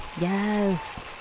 yes